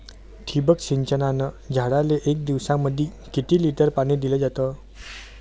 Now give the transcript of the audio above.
ठिबक सिंचनानं झाडाले एक दिवसामंदी किती लिटर पाणी दिलं जातं?